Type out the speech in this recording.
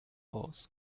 aus